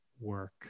work